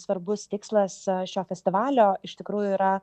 svarbus tikslas šio festivalio iš tikrųjų yra